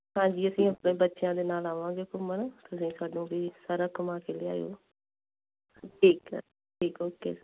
ਹਾਂਜੀ ਅਸੀਂ ਆਪਣੇ ਬੱਚਿਆਂ ਦੇ ਨਾਲ ਆਵਾਂਗੇ ਘੁੰਮਣ ਤੁਸੀਂ ਸਾਨੂੰ ਵੀ ਸਾਰਾ ਘੁੰਮਾ ਕੇ ਲਿਆਇਓ ਠੀਕ ਹੈ ਠੀਕ ਹੈ ਓਕੇ